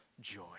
joy